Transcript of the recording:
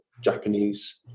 japanese